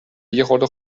یخورده